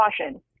caution